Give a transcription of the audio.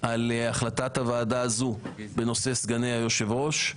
על החלטת הוועדה הזאת בנושא סגני היושב-ראש.